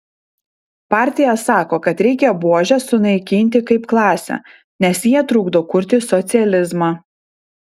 partija sako kad reikia buožes sunaikinti kaip klasę nes jie trukdo kurti socializmą